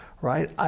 right